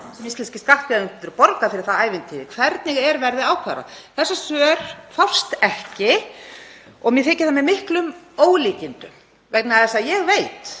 sem íslenskir skattgreiðendur borga fyrir það ævintýri. Hvernig er verðið ákvarðað? Þessi svör fást ekki og mér þykir það með miklum ólíkindum vegna þess að ég veit